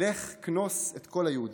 "לך כנוס את כל היהודים".